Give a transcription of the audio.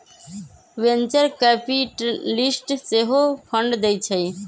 venture capitalist सेहो fund देइ छइ